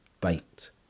baked